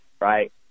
right